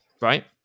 right